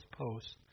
posts